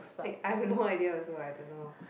like I've no idea also I don't know